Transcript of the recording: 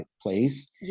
place